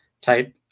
type